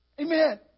Amen